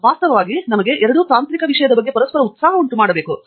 ಆದ್ದರಿಂದ ವಾಸ್ತವವಾಗಿ ನಮಗೆ ಎರಡೂ ತಾಂತ್ರಿಕ ವಿಷಯದ ಬಗ್ಗೆ ಪರಸ್ಪರ ಉತ್ಸಾಹ ಉಂಟು ಮಾಡಬೇಕು